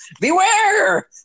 Beware